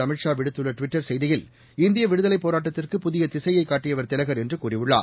அமித் ஷா விடுத்துள்ள ட்விட்டர் செய்தியில் இந்திய விடுதலைப் போராட்டத்திற்கு புதிய திசையை காட்டியவர் திலகர் என்று கூறியுள்ளார்